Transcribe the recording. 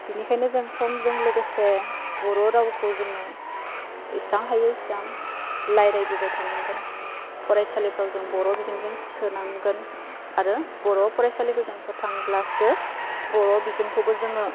बिनिखायनो जों समजों लोगोसे बर' रावखौ जोङो एस्सां हायो एस्सां रायज्लायबोबाय थानांगोन फरायसालिफ्राव जों बर' बिजोंजों सोनांगोन आरो बर' फरायसालिखौ जों फोथांब्लासो बर' बिजोंखौबो जोङो